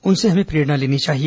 उनसे हमें प्रेरणा लेनी चाहिए